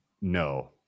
no